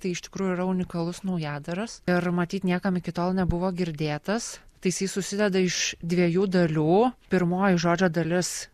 tai iš tikrųjų yra unikalus naujadaras ir matyt niekam iki tol nebuvo girdėtas tai jisai susideda iš dviejų dalių pirmoji žodžio dalis